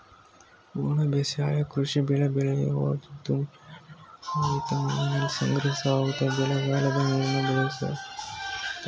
ಒಣ ಬೇಸಾಯ ಕೃಷಿ ಬೆಳೆ ಬೆಳೆಯುವ ಋತು ಮಳೆಯನ್ನು ಅವಲಂಬಿಸದೆ ಮಣ್ಣಿನಲ್ಲಿ ಸಂಗ್ರಹವಾಗಿರುವ ಚಳಿಗಾಲದ ನೀರನ್ನು ಬಳಸಿ ಬೆಳಿತವೆ